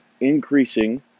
increasing